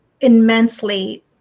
immensely